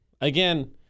again